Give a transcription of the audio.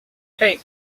hey